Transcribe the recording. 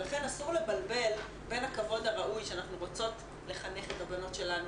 לכן אסור לבלבל בין הכבוד הראוי שאנחנו רוצות לחנך את הבנות שלנו